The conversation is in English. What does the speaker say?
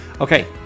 okay